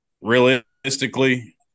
realistically